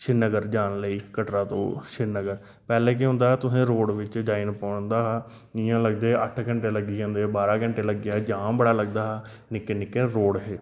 श्रीनगर जाने लेई कटरा तूं श्रीनगर पैह्लें केह् होंदा कि तुसें रोड़ उप्पर जाम लगदा हा इ'यां लगदे हे अट्ठ घंटे बाहरा घंटे लग्गी जाने जाम बड़ा लगदा हा निक्के निक्के रोड़ हे